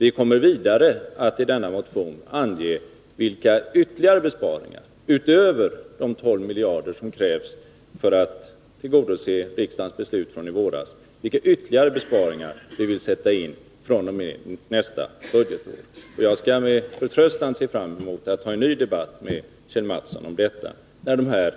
Vi kommer vidare att i denna motion ange vilka ytterligare besparingar, utöver de 12 miljarder som krävs för att tillgodose riksdagens beslut från i våras, som vi vill sätta in fr.o.m. nästa budgetår. Jag skall med förtröstan se fram emot att ta en ny debatt med Kjell Mattsson om detta när